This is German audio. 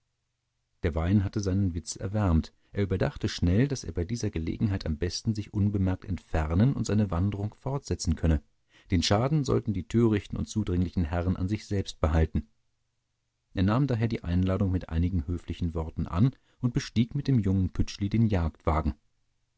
der wein hatte seinen witz erwärmt er überdachte schnell daß er bei dieser gelegenheit am besten sich unbemerkt entfernen und seine wanderung fortsetzen könne den schaden sollten die törichten und zudringlichen herren an sich selbst behalten er nahm daher die einladung mit einigen höflichen worten an und bestieg mit dem jungen pütschli den